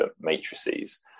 matrices